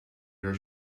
your